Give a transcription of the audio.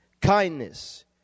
kindness